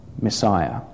Messiah